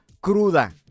¡Cruda